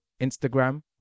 Instagram